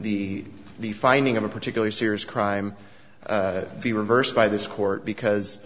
the finding of a particular serious crime be reversed by this court because